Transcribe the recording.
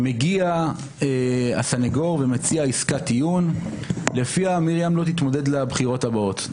מגיע הסנגור ומציע עסקת טיעון שלפיה מרים לא תתמודד לבחירות הבאות.